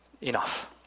Enough